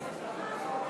סליחה,